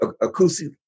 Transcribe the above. acoustic